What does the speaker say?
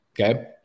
Okay